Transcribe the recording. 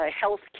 health